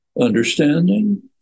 understanding